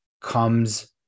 comes